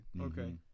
Okay